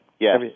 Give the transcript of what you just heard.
yes